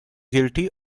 guilty